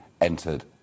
entered